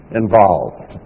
involved